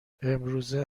امروزه